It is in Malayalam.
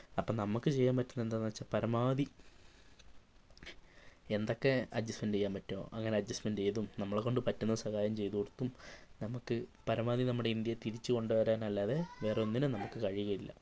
അപ്പോൾ നമ്മൾക്ക് ചെയ്യാൻ പറ്റുന്ന എന്താണെന്ന് വച്ചാൽ പരമാവധി എന്തൊക്കെ അഡ്ജസ്റ്റ്മെൻ്റ് ചെയ്യാൻ പറ്റുമോ അങ്ങനെ അഡ്ജസ്റ്റ്മെൻ്റ് ചെയ്തും നമ്മളെ കൊണ്ടുപറ്റുന്ന സഹായം ചെയ്തുകൊടുത്തും നമ്മൾക്ക് പരമാവധി നമ്മുടെ ഇന്ത്യയെ തിരിച്ച് കൊണ്ടുവരാനല്ലാതെ വേറൊന്നിനും നമുക്ക് കഴിയുകയില്ല